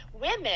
women